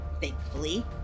thankfully